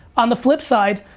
on the flip side,